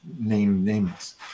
nameless